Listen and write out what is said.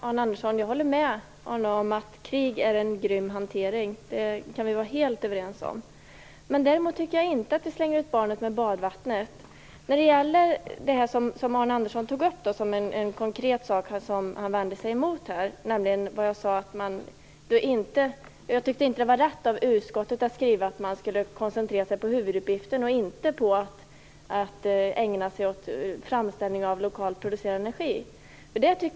Fru talman! Jag håller med Arne Andersson om att krig är en grym hantering. Det kan vi vara helt överens om. Däremot tycker jag inte att vi slänger ut barnet med badvattnet. Arne Andersson tog upp en konkret sak som han vände sig emot, nämligen att jag inte tyckte att det var rätt av utskottet att skriva att man skulle koncentrera sig på huvuduppgiften och inte på framställning av lokalt producerad energi.